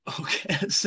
okay